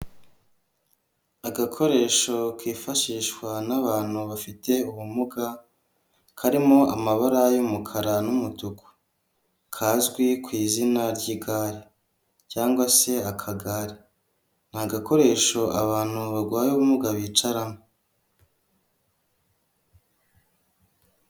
Agakoresho kifashishwa n'abantu bafite ubumuga, karimo amabara y'umukara n'umutuku kazwi ku izina ry'igare, cyangwa se akagare agakoresho abantu barwaye ubumuga bicaramo.